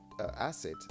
asset